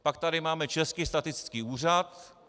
Pak tady máme Český statistický úřad.